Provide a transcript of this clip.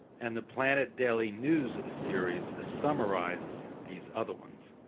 and the planet daily news series summarizes these other ones.